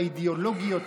האידיאולוגיות,